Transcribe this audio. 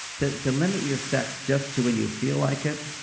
to to limit your sex just to when you feel like it,